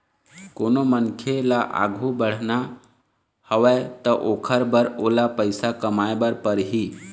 कोनो मनखे ल आघु बढ़ना हवय त ओखर बर ओला पइसा कमाए बर परही